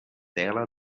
tela